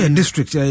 district